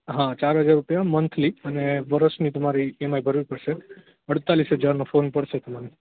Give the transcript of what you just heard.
હા ચાર હજાર રુપિયા મંથલી અને વરસ ની તમાંરે ઇએમઆઇ તમારે ભરવી પડશે અડતાલીશ હજારનો ફોન પડશે તમારે